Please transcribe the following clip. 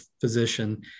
physician